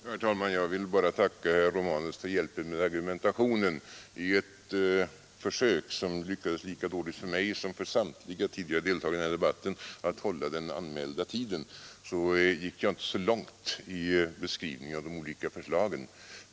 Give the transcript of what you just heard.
Herr talman! Jag vill tacka herr Romanus för hjälpen med argumentationen. I ett försök — som lyckades lika dåligt för mig som för samtliga tidigare deltagare i denna debatt — att hålla den anmälda tiden gick jag inte så långt i beskrivning av de olika förslagen.